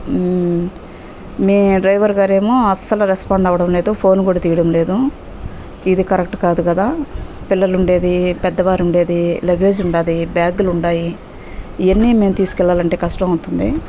మీ driver గారేమో అస్సలు respond అవ్వడం లేదు ఫోన్ కూడా తీయడం లేదు ఇది కరెక్ట్ కాదు కదా పిల్లలు ఉండేది పెద్దవారు ఉండేది లగేజ్ ఉన్నది బ్యాగ్లు ఉన్నాయి ఇవన్నీ మేము తీసుకెళ్ళాలంటే కష్టం అవుతుంది